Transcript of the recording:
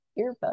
earbud